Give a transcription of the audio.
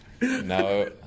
No